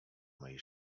mej